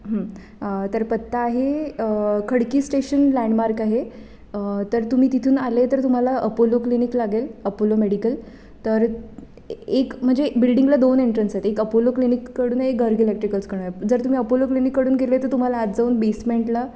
तर पत्ता आहे खडकी स्टेशन लँडमार्क आहे तर तुम्ही तिथून आले तर तुम्हाला अपोलो क्लिनिक लागेल अपोलो मेडिकल तर एक म्हणजे बिल्डिंगला दोन एंट्रन्स आहेत एक अपोलो क्लिनिककडून एक गर्ग इलेक्ट्रिकल्सकडून जर तुम्ही अपोलो क्लिनिककडून गेले तर तुम्हाला आत जाऊन बेसमेंटला